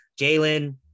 Jalen